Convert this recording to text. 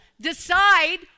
decide